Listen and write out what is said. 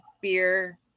beer